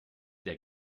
der